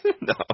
No